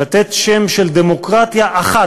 לתת שם של דמוקרטיה אחת,